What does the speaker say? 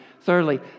Thirdly